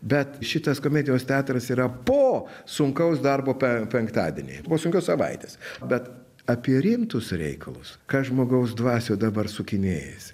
bet šitas komedijos teatras yra po sunkaus darbo pe penktadienį po sunkios savaitės bet apie rimtus reikalus ka žmogaus dvasio dabar sukinėjasi